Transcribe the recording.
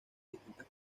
distintas